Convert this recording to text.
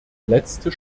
letzte